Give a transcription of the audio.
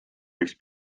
võiks